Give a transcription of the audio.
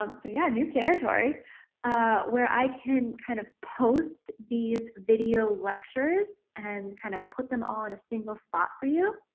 um so yeah new territory where i can kind of post these video lectures and kind of put them all in a single spot for you.